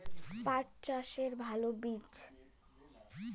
পাঠ চাষের ভালো বীজ?